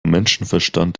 menschenverstand